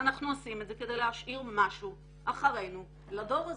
אנחנו עושים את זה כדי להשאיר משהו אחרינו לדור הזה.